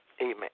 Amen